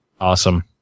Awesome